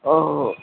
औ